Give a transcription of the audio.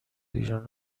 ایران